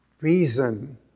reason